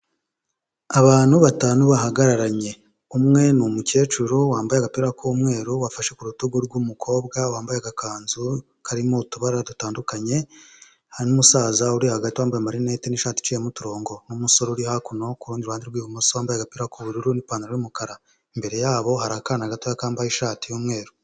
Abantu batanu bahagararanye. Umwe ni umukecuru wambaye agapira k'umweru, wafashe ku rutugu rw'umukobwa wambaye agakanzu karimo utubara dutandukanye, hari n'umusaza uri hagati wambaye amarineti n'ishati iciyemo uturongo n'umusore uri hakuno, ku rundi ruhande rw'ibumoso wambaye agapira k'ubururu n'ipantaro y'umukara. Imbere yabo hari akana gato kambaye ishati y'umweru.